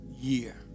year